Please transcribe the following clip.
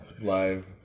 live